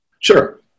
Sure